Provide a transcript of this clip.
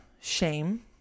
shame